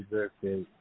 Birthday